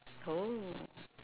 oh